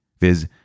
viz